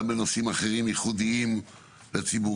גם בנושאים אחרים ייחודיים לציבור,